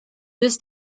this